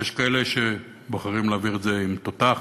יש כאלה שבוחרים להעביר את זה עם תותח,